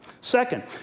Second